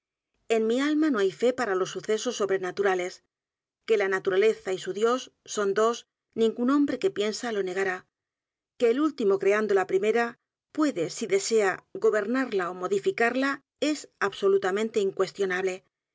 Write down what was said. en mi alma no hay fe p a r a los sucesos sobrenaturales que la naturaleza y su dios son dos n i n g ú n hombre que piensa lo n e g a r á que el último creando la primera puede si desea gobernarla ó modificarla es absolutamente incuestionable